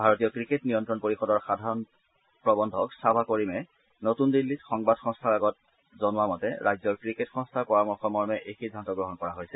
ভাৰতীয় ক্ৰিকেট নিয়ন্ত্ৰণ পৰিষদৰ সাধাৰণ প্ৰবন্ধক চাবা কৰিমে নতুন দিল্লীত সংবাদ সংস্থাৰ আগত জনোৱা মতে ৰাজ্যৰ ক্ৰিকেট সংস্থাৰ পৰামৰ্শ মৰ্মে এই সিদ্ধান্ত গ্ৰহণ কৰা হৈছে